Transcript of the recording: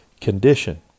condition